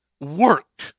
Work